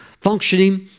functioning